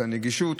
את הנגישות.